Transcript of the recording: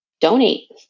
donate